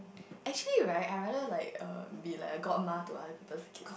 actually right I rather like err be like a god ma to other people kids